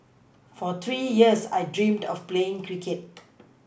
for three years I dreamed of playing cricket